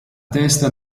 testa